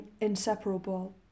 inseparable